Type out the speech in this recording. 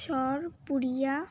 সরপুরিয়া